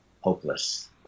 hopeless